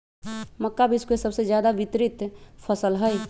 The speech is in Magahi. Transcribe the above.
मक्का विश्व के सबसे ज्यादा वितरित फसल हई